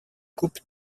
coupe